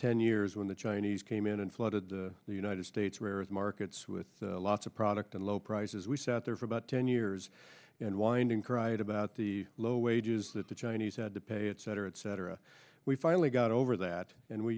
ten years when the chinese came in and flooded the united states where as markets with lots of product and low prices we sat there for about ten years and winding cried about the low wages that the chinese had to pay etc etc we finally got over that and we